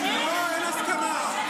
לא, אין הסכמה.